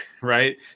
right